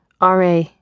RA